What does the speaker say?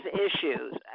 issues